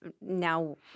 now